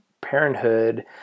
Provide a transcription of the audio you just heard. parenthood